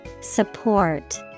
Support